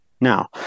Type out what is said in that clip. Now